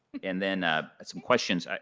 and then ah some questions.